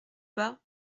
bas